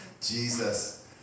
Jesus